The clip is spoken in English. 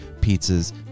pizzas